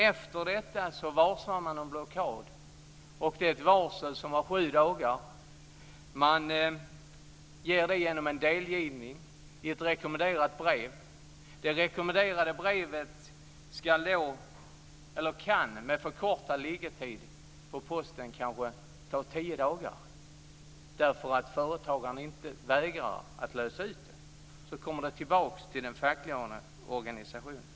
Efter detta varslar man om blockad. Det är ett varsel över sju dagar. Det sker genom en delgivning i ett rekommenderat brev. Det rekommenderade brevet kan, med förkortad liggetid på posten, kanske ta tio dagar. Om företagaren vägrar att lösa ut det kommer det tillbaka till den fackliga organisationen.